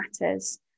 matters